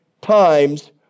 times